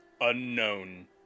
unknown